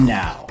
now